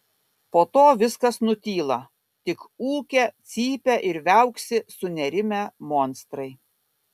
po to viskas nutyla tik ūkia cypia ir viauksi sunerimę monstrai